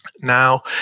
Now